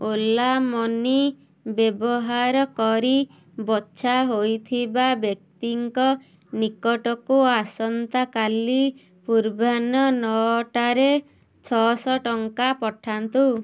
Ola Money ବ୍ୟବହାର କରି ବଛା ହୋଇଥିବା ବ୍ୟକ୍ତିଙ୍କ ନିକଟକୁ ଆସନ୍ତାକାଲି ପୂର୍ବାହ୍ନ ନଅଟାରେ ଛଅଶହ ଟଙ୍କା ପଠାନ୍ତୁ